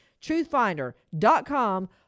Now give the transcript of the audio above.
truthfinder.com